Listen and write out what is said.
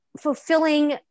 fulfilling